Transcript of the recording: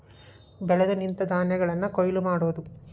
ಬೆಳೆದು ನಿಂತ ಧಾನ್ಯಗಳನ್ನ ಕೊಯ್ಲ ಮಾಡುದು